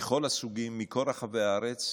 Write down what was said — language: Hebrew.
מכל הסוגים, מכל רחבי הארץ,